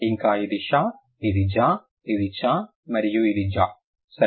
ఇంకా ఇది ష ఇది జ ఇది చా మరియు ఇది జా సరే